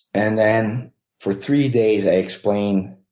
and then for three days i explain